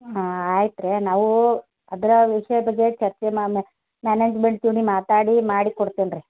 ಹಾಂ ಆಯ್ತು ರೀ ನಾವು ಅದ್ರ ವಿಷಯ ಬಗ್ಗೆ ಚರ್ಚೆನ ಒಮ್ಮೆ ಮ್ಯಾನೇಜ್ಮೆಂಟ್ ಜೋಡಿ ಮಾತಾಡಿ ಮಾಡಿಕೊಡ್ತೀನಿ ರೀ